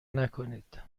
نکنید